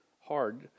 hard